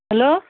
hello